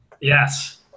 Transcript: Yes